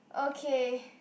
okay